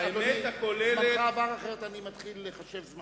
אדוני, זמנך עבר, אחרת אני מתחיל לחשב זמן.